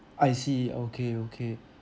I see okay okay